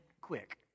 quick